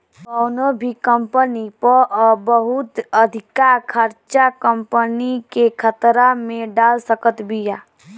कवनो भी कंपनी पअ बहुत अधिका कर्जा कंपनी के खतरा में डाल सकत बिया